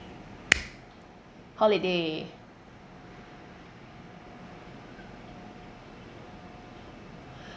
holiday